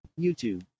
YouTube